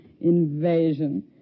Invasion